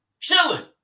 chilling